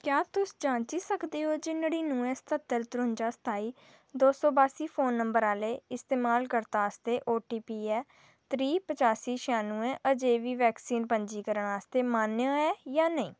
क्या तुस जांची सकदे ओ जे नड़िनुएं सत्हत्तर तरुंजा सताई दो सौ बास्सी फोन नंबर आह्ले इस्तेमालकर्ता आस्तै ओटीपी ऐ त्रीह् पचासी छिआनुएं अजें बी वैक्सीन पंजीकरण आस्तै मान्य है जां नेईं